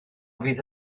fydd